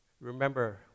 Remember